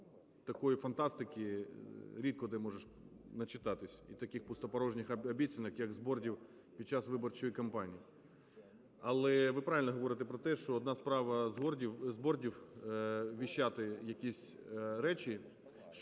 такої фантастики рідко, де можеш начитатись, і таких пустопорожніх обіцянок, як з бордів під час виборчої кампанії. Але ви правильно говорите про те, що одна справа – з бордів віщати якісь речі…